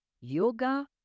yoga